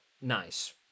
nice